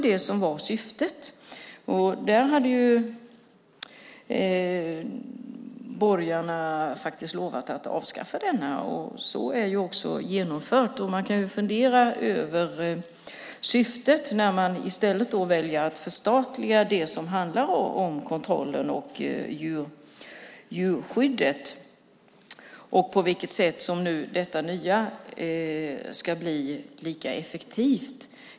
Det var syftet med myndigheten. Borgarna hade lovat att avskaffa den, och så har också skett. Man kan ju fundera över syftet när de i stället väljer att förstatliga det som gäller kontrollen och djurskyddet och på vilket sätt den nya ordningen ska bli lika effektiv.